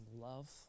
love